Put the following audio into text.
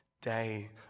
day